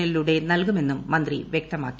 എല്ലിലൂടെ നൽകുമെന്നും മന്ത്രി വ്യക്തമാക്കി